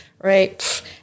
Right